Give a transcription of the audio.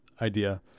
idea